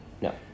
No